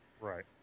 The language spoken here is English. Right